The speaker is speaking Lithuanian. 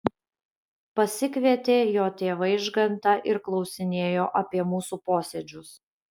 pasikvietė j t vaižgantą ir klausinėjo apie mūsų posėdžius